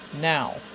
now